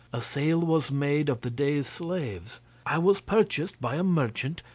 a sale was made of the dey's slaves i was purchased by a merchant,